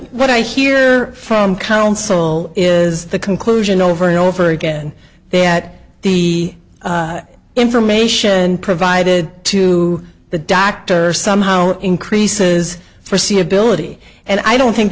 what i hear from counsel is the conclusion over and over again that the information provided to the doctor somehow increases forsee ability and i don't think